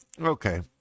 Okay